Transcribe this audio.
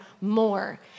more